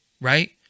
right